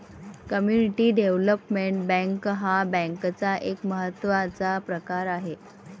community development bank हा बँकेचा एक महत्त्वाचा प्रकार आहे